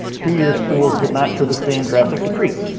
two year schools did not show the same drastic decrease.